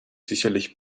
sicherlich